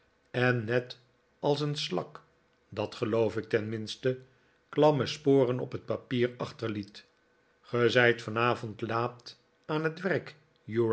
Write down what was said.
en net als een slak dat geloofde ik tenminste klamme sporen op het papier achterliet ge zijt vanavond laat aan het werk